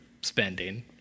spending